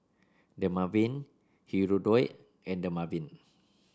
Dermaveen Hirudoid and Dermaveen